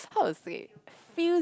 how to say feels